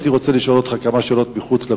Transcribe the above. הייתי רוצה לשאול אותך כמה שאלות "מחוץ לקופסה".